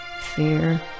fear